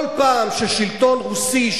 כל פעם ששלטון רוסי,